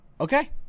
okay